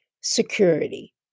security